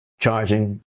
charging